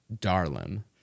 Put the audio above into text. Darlin